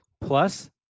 plus